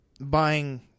buying